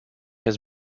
has